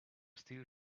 steel